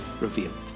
revealed